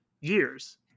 years